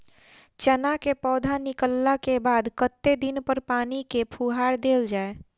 चना केँ पौधा निकलला केँ बाद कत्ते दिन पर पानि केँ फुहार देल जाएँ?